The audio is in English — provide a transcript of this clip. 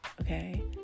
okay